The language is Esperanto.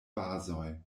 bazoj